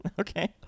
Okay